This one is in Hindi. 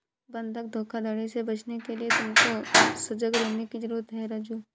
बंधक धोखाधड़ी से बचने के लिए तुमको सजग रहने की जरूरत है राजु